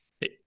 Hey